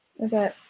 Okay